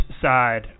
side